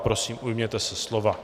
Prosím, ujměte se slova.